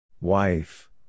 Wife